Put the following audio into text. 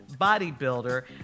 bodybuilder